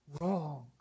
wrong